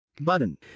button